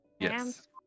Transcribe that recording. Yes